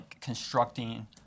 constructing